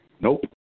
Nope